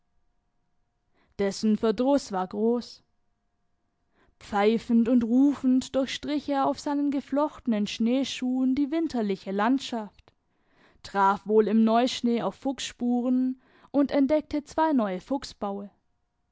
dessen verdruß war groß pfeifend und rufend durchstrich er auf seinen geflochtenen schneeschuhen die winterliche landschaft traf wohl im neuschnee auf fuchsspuren und entdeckte zwei neue